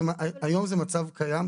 היום זה מצב קיים.